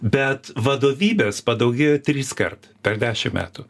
bet vadovybės padaugėjo triskart per dešimt metų